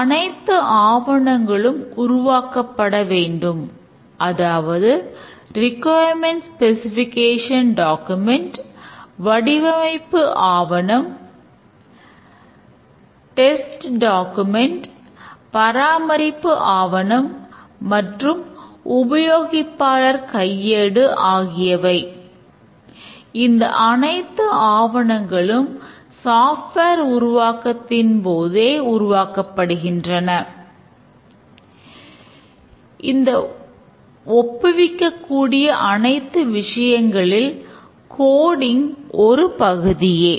அனைத்து ஆவணங்களும் உருவாக்கப்படவேண்டும் அதாவது ரிக்குவாயர்மெண்ட் ஸ்பெசிஃபிகேஷன் டாக்குமென்ட் ஒரு பகுதியே